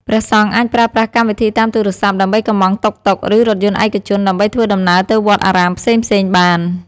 ព្រះសង្ឃអាចប្រើប្រាស់កម្មវិធីតាមទូរស័ព្ទ ដើម្បីកម្មង់តុកតុក ឬ រថយន្តឯកជន ដើម្បីធ្វើដំណើរទៅវត្តអារាមផ្សេងៗបាន។